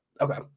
Okay